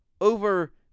over